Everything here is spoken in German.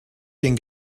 den